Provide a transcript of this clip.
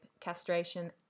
castration